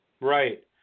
Right